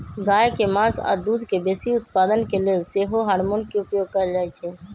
गाय के मास आऽ दूध के बेशी उत्पादन के लेल सेहो हार्मोन के उपयोग कएल जाइ छइ